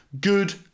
Good